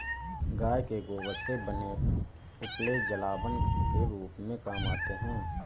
गाय के गोबर से बने उपले जलावन के रूप में काम आते हैं